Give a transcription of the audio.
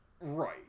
Right